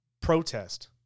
protest